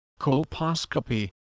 colposcopy